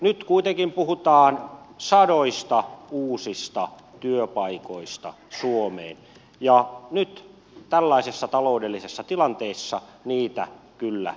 nyt kuitenkin puhutaan sadoista uusista työpaikoista suomeen ja nyt tällaisessa taloudellisessa tilanteessa niitä kyllä tarvitaan